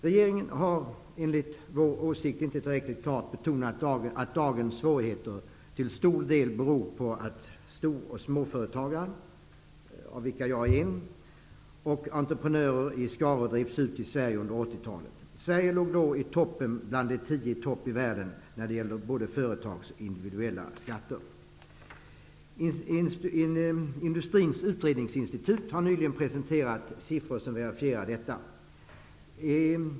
Regeringen har, enligt vår åsikt, inte tillräckligt klart betonat att dagens svårigheter till stor del beror på att stora och små företagare, av vilka jag representerar en, och entreprenörer i skaror drevs ut ur Sverige på 80-talet. Sverige låg då i toppen bland länderna i världen när det gäller företagsskatter och individuella skatter. Industrins utredningsinstitut har nyligen presenterat siffror som verifierar detta.